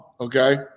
okay